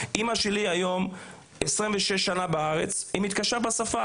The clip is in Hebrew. אמא שלי בארץ 26 שנה והיא מתקשה בשפה,